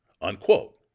Unquote